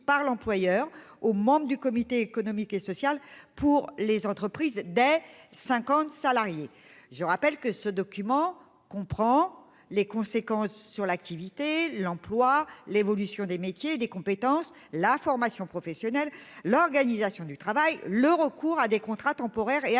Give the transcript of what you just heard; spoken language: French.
par l'employeur aux membres du comité économique et social pour les entreprises dès 50 salariés. Je rappelle que ce document comprend les conséquences sur l'activité, l'emploi, l'évolution des métiers et des compétences, la formation professionnelle, l'organisation du travail, le recours à des contrats temporaires et à des stages